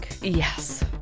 yes